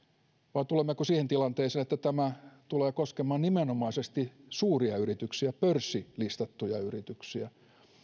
vai tulemmeko siihen tilanteeseen että tämä tulee koskemaan nimenomaisesti suuria yrityksiä pörssilistattuja yrityksiä